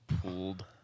pulled